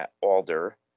Alder